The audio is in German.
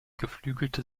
geflügelte